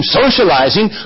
socializing